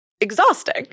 exhausting